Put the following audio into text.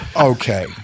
Okay